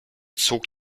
zog